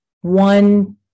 One